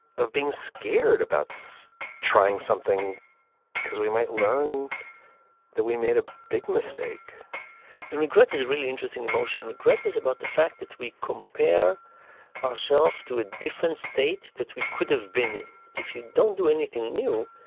of being scared about's trying something because we might learn that we made a big mistake and regret is a really interesting emotion regret is about the fact that we compare ourself to a different state that we could have been in. if you don't do anything new,